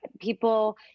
People